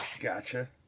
Gotcha